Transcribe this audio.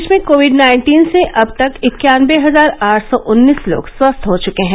देश में Covid nineteen से अब तक इक्यानबे हजार आठ सौ उन्नीस लोग स्वस्थ हो चुके हैं